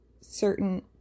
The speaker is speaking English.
certain